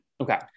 Okay